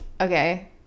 okay